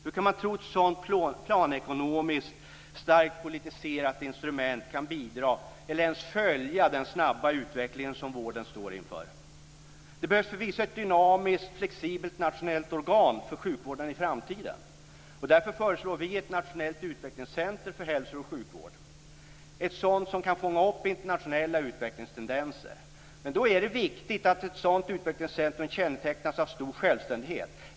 Hur kan man tro att ett sådant planekonomiskt, starkt politiserat instrument kan bidra till eller ens följa den snabba utveckling som vården står inför? Det behövs förvisso ett dynamiskt, flexibelt nationellt organ för sjukvården i framtiden. Därför föreslår vi ett nationellt utvecklingscenter för hälso och sjukvård. Ett sådant kan fånga upp internationella utvecklingstendenser. Men då är det viktigt att ett sådant utvecklingscentrum kännetecknas av en stor självständighet.